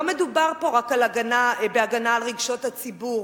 לא מדובר פה רק בהגנה על רגשות הציבור,